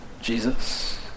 Jesus